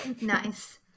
Nice